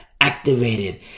activated